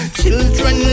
children